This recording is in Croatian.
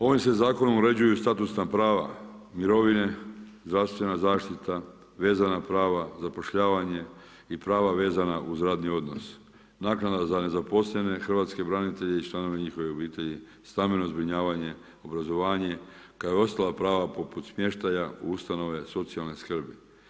Ovim se zakonom uređuju statusna prava, mirovine, zdravstvena zaštita, vezana prava, zapošljavanje i prava vezana uz radni odnos, naknada za nezaposlene hrvatske branitelje i članove njihovih obitelji, stambeno zbrinjavanje, obrazovanje, kao i ostala prava poput smještaja u ustanove socijalne skrbi.